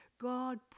God